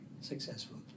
successful